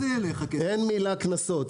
אין מילה קנסות.